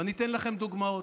ואני אתן לכם דוגמאות.